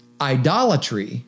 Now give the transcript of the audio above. idolatry